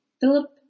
Philip